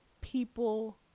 people